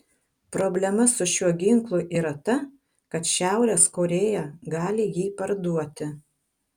problema su šiuo ginklu yra ta kad šiaurės korėja gali jį parduoti